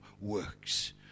works